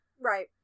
Right